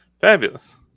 Fabulous